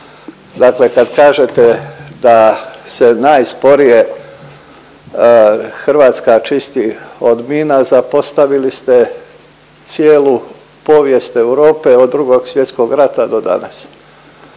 Dakle, kad kažete da se najsporije Hrvatska čisti od mina zapostavili ste cijelu povijest Europe od Drugog svjetskog rata do danas.